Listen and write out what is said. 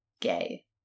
Gay